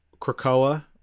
Krakoa